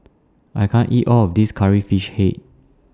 I can't eat All of This Curry Fish Head